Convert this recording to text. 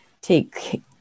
take